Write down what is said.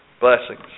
blessings